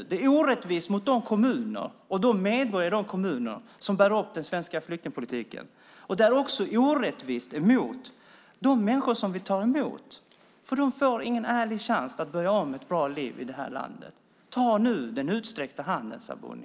Det är orättvist mot de kommuner - och medborgarna i de kommunerna - som bär upp den svenska flyktingpolitiken. Det är också orättvist mot de människor vi tar emot. De får ingen ärlig chans att börja ett bra liv i det här landet. Ta nu den utsträckta handen, Sabuni.